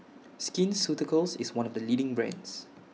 Skin Ceuticals IS one of The leading brands